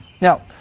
Now